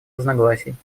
разногласий